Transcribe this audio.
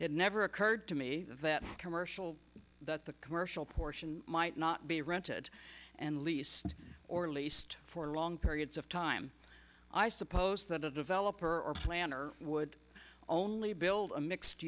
it never occurred to me that commercial that the commercial portion might not be rented and least or at least for long periods of time i suppose that a developer or planner would only build a mixed